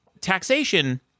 Taxation